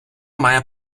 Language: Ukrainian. має